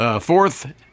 Fourth